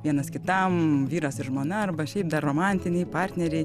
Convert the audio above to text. vienas kitam vyras ir žmona arba šiaip dar romantiniai partneriai